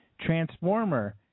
transformer